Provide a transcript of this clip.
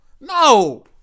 No